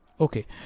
Okay